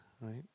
right